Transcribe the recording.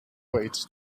wait